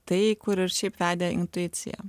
tai kur ir šiaip vedė intuicija